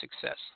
success